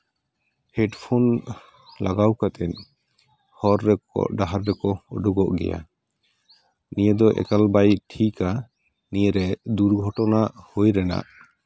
headphone ᱞᱟᱜᱟᱣ ᱠᱟᱛᱮ ᱦᱚᱨ ᱨᱮᱠᱚ ᱦᱚᱨ ᱰᱟᱦᱟᱨ ᱨᱮᱠᱚ ᱩᱰᱩᱠᱚᱜ ᱜᱮᱭᱟ ᱱᱤᱭᱟᱹ ᱫᱚ ᱮᱠᱟᱞ ᱵᱟᱭ ᱴᱷᱤᱠᱼᱟ ᱱᱤᱭᱟᱹᱨᱮ ᱫᱩᱨᱜᱷᱚᱴᱚᱱᱟ ᱦᱩᱭ ᱨᱮᱱᱟᱜ